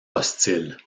hostile